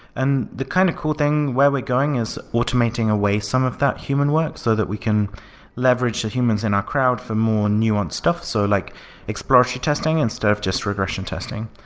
and the kind of cool thing where we're going is automating away some of that human work so that we can leverage humans in our crowd for more nuanced stuff, so like exploratory testing instead of just regression testing.